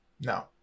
no